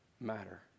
matter